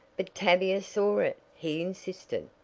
but tavia saw it, he insisted.